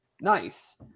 nice